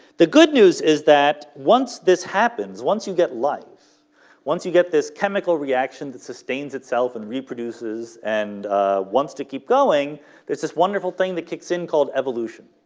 the good news is that once this happens once you get life once you get this chemical reaction that sustains itself and reproduces and wants to keep going there's this wonderful thing that kicks in called evolution